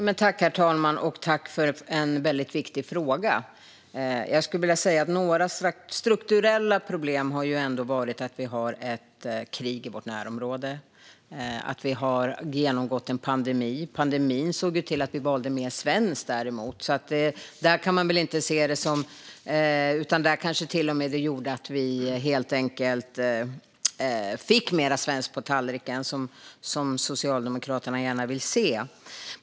Herr talman! Tack för en väldigt viktig fråga. Några strukturella problem har ju varit att vi har ett krig i vårt närområde och att vi har genomgått en pandemi. Pandemin såg ju dock till att vi valde mer svenskt och kanske till och med gjorde att vi fick mer svenskt på tallriken, vilket Socialdemokraterna gärna vill se.